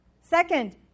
Second